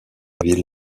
ville